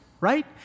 right